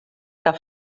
que